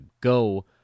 go